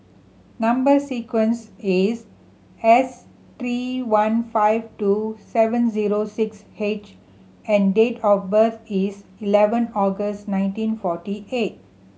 number sequence is S three one five two seven zero six H and date of birth is eleven August nineteen forty eight